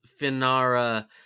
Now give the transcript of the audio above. Finara